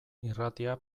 irratia